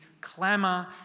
clamour